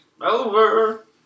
Over